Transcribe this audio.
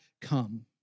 come